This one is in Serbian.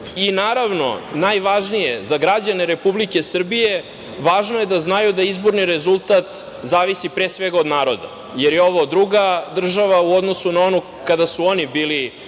i, naravno, najvažnije za građane Republike Srbije, važno je da znaju da izborni rezultat zavisi pre svega od naroda, jer je ovo druga država u odnosu na onu kada su oni bili